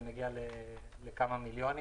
זה מגיע לכמה מיליונים,